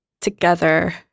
together